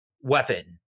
weapon